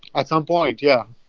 at some point, yeah.